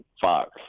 Fox